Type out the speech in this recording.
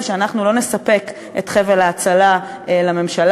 שאנחנו לא נספק את חבל ההצלה לממשלה.